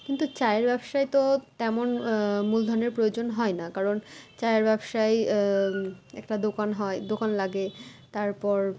কিন্তু চায়ের ব্যবসায় তো তেমন মূলধনের প্রয়োজন হয় না কারণ চায়ের ব্যবসায়ে একটা দোকান হয় দোকান লাগে তারপর